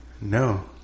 No